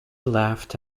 laughed